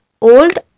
old